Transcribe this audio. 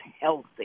healthy